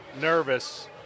nervous